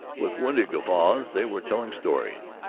with windy guffaws they were telling stories.